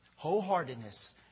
Wholeheartedness